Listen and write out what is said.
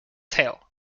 tail